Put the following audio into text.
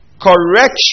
correction